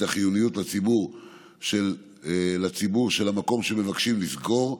החיוניות לציבור של המקום שמבקשים לסגור,